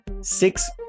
six